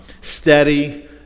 steady